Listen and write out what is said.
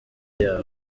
yawe